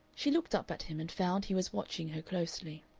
she looked up at him, and found he was watching her closely.